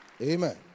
Amen